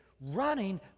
running